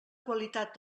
qualitat